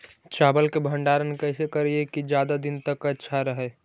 चावल के भंडारण कैसे करिये की ज्यादा दीन तक अच्छा रहै?